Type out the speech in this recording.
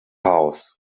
house